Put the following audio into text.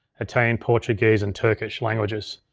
italian, portuguese, and turkish languages.